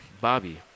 Bobby